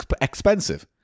expensive